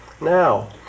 Now